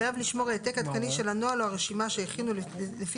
חייב לשמור העתק עדכני של הנוהל או הרשימה שהכינו לפי